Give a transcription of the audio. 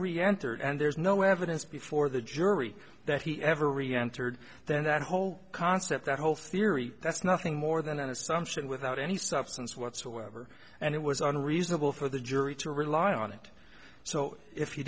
really entered and there's no evidence before the jury that he ever really entered then that whole concept that whole theory that's nothing more than an assumption without any substance whatsoever and it was unreasonable for the jury to rely on it so if